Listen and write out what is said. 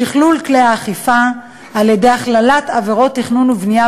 3. שכלול כלי האכיפה: הכללת עבירות תכנון ובנייה